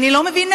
אני לא מבינה.